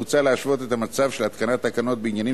מוצע להשוות את המצב של התקנת תקנות בעניינים